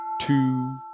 two